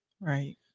Right